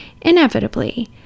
Inevitably